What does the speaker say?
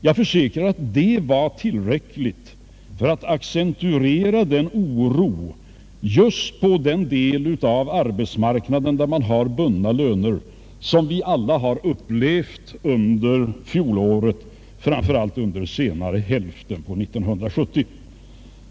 Jag försäkrar att det var tillräckligt för att accentuera den oro just på den del av arbetsmarknaden där man har bundna löner som vi alla har upplevt under fjolåret, framför allt under senare hälften av 1970.